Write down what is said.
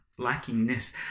lackingness